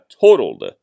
totaled